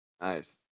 Nice